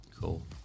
Cool